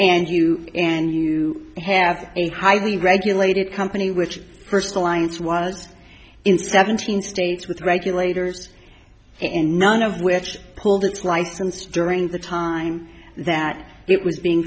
and you and you have a highly regulated company which first alliance was in seventeen states with regulators and none of which pulled its license during the time that it was being